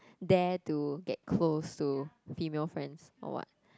dare to get close to female friends or what